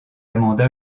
amanda